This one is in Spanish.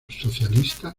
socialista